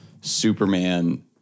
Superman